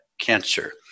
cancer